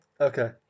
Okay